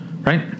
right